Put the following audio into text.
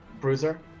bruiser